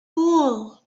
wool